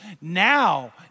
Now